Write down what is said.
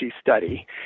study